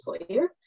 employer